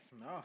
No